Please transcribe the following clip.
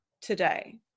today